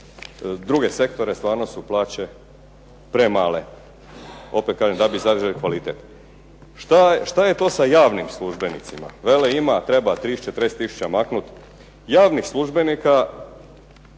druge sektore stvarno su plaće premale. Opet kažem, da bi zadržali kvalitet. Šta je to sa javnim službenicima? Vele ima, treba 30, 40 tisuća maknut javnih službenika,